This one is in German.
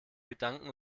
gedanken